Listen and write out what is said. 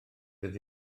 ydy